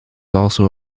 also